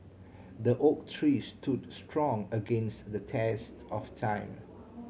the oak tree stood strong against the test of time